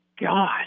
God